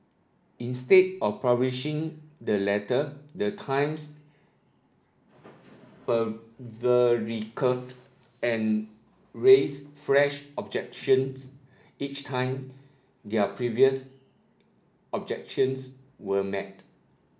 instead of publishing the letter the Times and raised fresh objections each time their previous objections were met